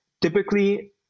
Typically